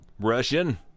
russian